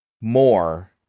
more